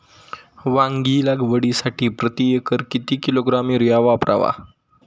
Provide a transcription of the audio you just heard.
वांगी लागवडीसाठी प्रती एकर किती किलोग्रॅम युरिया वापरावा?